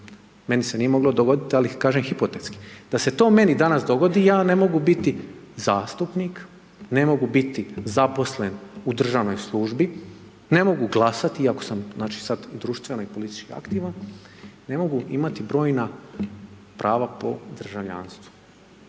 Meni se nije moglo dogoditi ali kažem hipotetski. Da se to meni danas dogodi ja ne mogu biti zastupnik, ne mogu biti zaposlen u državnoj službi, ne mogu glasati iako sam znači sad društveno i politički aktivan, ne mogu imati brojna prava po državljanstvu.